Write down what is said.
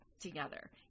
together